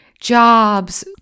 jobs